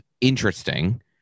interesting